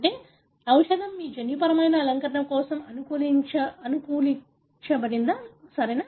అంటే ఔషధం మీ జన్యుపరమైన అలంకరణ కోసం అనుకూలీకరించబడింది సరేనా